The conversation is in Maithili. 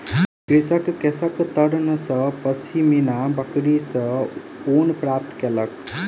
कृषक केशकर्तन सॅ पश्मीना बकरी सॅ ऊन प्राप्त केलक